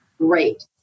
great